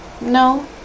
No